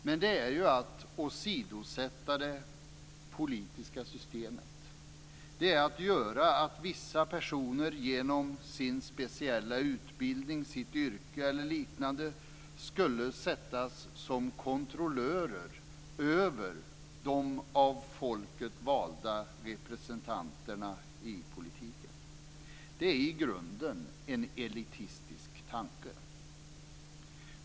Men det är att åsidosätta det politiska systemet. Det är att göra att vissa personer genom sin speciella utbildning, yrke eller liknande sattes som kontrollörer över de av folket valda representanterna i politiken. Detta är en i grunden elitistisk tanke.